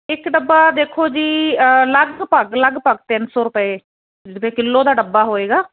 ਇੱਕ ਡੱਬਾ ਦੇਖੋ ਜੀ ਲਗਭਗ ਲਗਭਗ ਤਿੰਨ ਸੋ ਰੁਪਏ ਕਿਲੋ ਦਾ ਡੱਬਾ ਹੋਏਗਾ